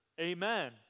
Amen